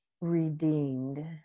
redeemed